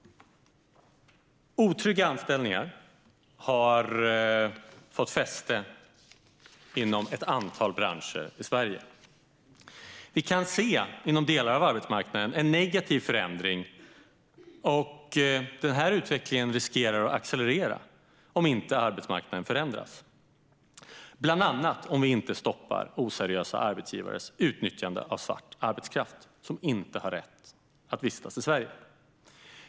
Otrygga anställningar har fått fäste inom ett antal branscher i Sverige. Inom delar av arbetsmarknaden kan man se en negativ förändring. Den utvecklingen riskerar att accelerera om inte arbetsmarknaden förändras och om vi inte stoppar oseriösa arbetsgivares utnyttjande av svart arbetskraft som inte har rätt att vistas i Sverige.